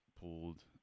pulled